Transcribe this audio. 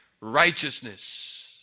righteousness